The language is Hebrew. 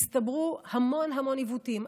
הצטברו המון המון עיוותים.